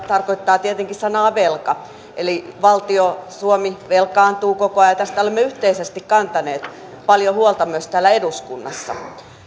tarkoittaa tietenkin sanaa velka eli valtio suomi velkaantuu koko ajan ja tästä olemme yhteisesti kantaneet paljon huolta myös täällä eduskunnassa